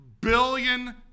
billion